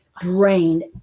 drained